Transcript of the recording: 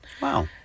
Wow